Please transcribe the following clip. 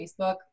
Facebook